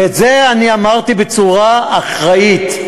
ואת זה אני אמרתי בצורה אחראית,